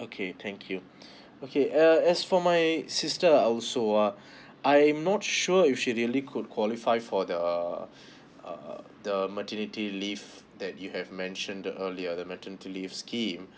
okay thank you okay uh as for my sister also uh I am not sure if she really could qualify for the uh the maternity leave that you have mentioned the earlier the maternity leave scheme